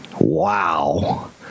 Wow